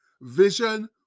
vision